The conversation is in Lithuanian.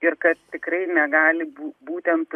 ir kad tikrai negali bū būtent